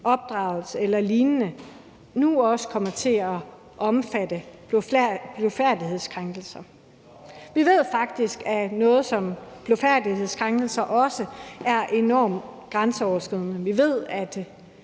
opdragelse eller lignende, så det nu også kommer til at omfatte blufærdighedskrænkelser. Vi ved faktisk, at sådan noget som blufærdighedskrænkelser også er enormt grænseoverskridende, vi ved, at